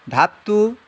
ঢাপটো